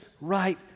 right